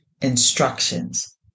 instructions